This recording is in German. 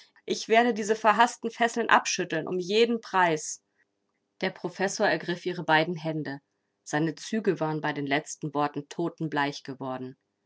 ich werde diese verhaßten fesseln abschütteln um jeden preis der professor ergriff ihre beiden hände seine züge waren bei den letzten worten totenbleich geworden